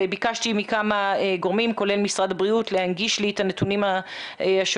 וביקשתי מכמה גורמים כולל משרד הבריאות להנגיש לי את הנתונים השונים.